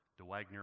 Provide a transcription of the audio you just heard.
DeWagner